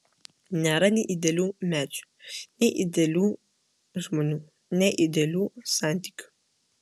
nėra nei idealių medžių nei idealių žmonių nei idealių santykių